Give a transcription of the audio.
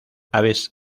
aves